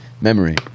Memory